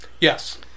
Yes